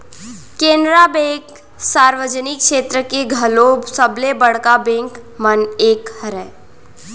Canara bank सार्वजनिक छेत्र के घलोक सबले बड़का बेंक मन म एक हरय